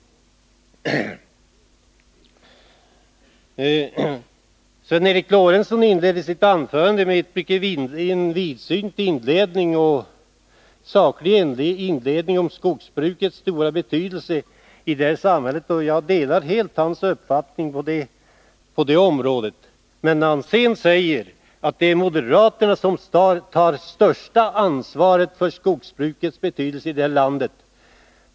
Sven Eric Lorentzon hade i sitt anförande en mycket vidsynt och saklig inledning om skogsbrukets stora betydelse i det här samhället. Jag delar helt hans uppfattning på det området. Men sedan sade han att det är moderaterna som tar det största ansvaret för skogsbruket i detta land.